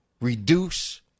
Reduce